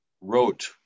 wrote